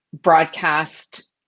broadcast